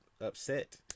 upset